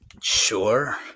Sure